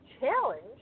Challenge